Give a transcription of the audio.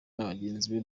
n’abagenzi